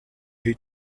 who